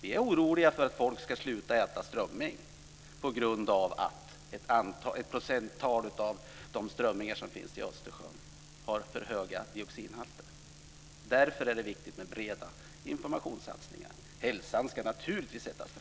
Vi är oroliga för att folk ska sluta äta strömming på grund av att en andel av strömmingen i Östersjön har för höga dioxinhalter. Därför är det viktigt med breda informationssatsningar. Hälsan ska naturligtvis sättas främst.